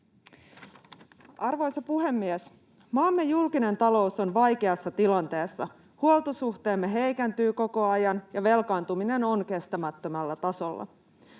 Arvoisa puhemies! Maamme julkinen talous on vaikeassa tilanteessa: huoltosuhteemme heikentyy koko ajan, ja velkaantuminen on kestämättömällä tasolla.